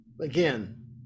again